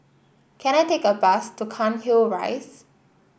can I take a bus to Cairnhill Rise